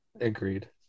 Agreed